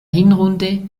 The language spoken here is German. hinrunde